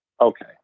okay